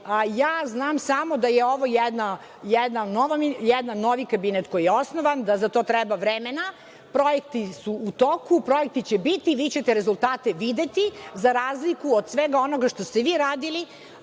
ali znam samo da je ovo jedan novi kabinet koji je osnovan i da za to treba vremena. Projekti su u toku, projekti će biti i vi ćete rezultate videti, za razliku od svega onoga što ste vi radili,